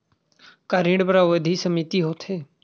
का ऋण बर अवधि सीमित होथे?